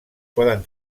poden